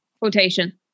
quotation